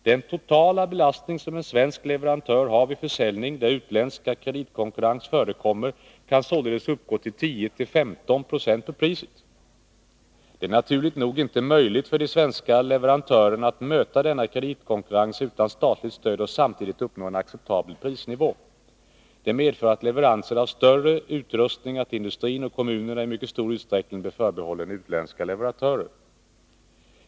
Den totala belastning som en svensk leverantör har vid försäljning där utländska kreditkonkurrens förekommer kan således uppgå till 10 15 96 på priset. Det är naturligt nog inte möjligt för de svenska leverantörerna att möta denna kreditkonkurrens utan statligt stöd och samtidigt uppnå en acceptabel prisnivå. Det medför att leveranser av större utrustningar till industrin och kommunerna i mycket stor utsträckning blir förbehållna utländska leverantörer.